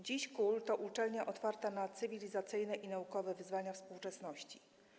Dziś KUL to uczelnia otwarta na cywilizacyjne i naukowe wyzwania współczesności.